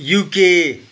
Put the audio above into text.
UK